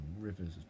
rivers